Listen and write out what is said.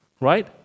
right